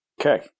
Okay